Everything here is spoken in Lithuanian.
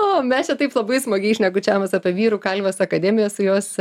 o mes jau taip labai smagiai šnekučiavomės apie vyrų kalvės akademiją su jos